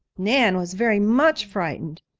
nan was very much frightened,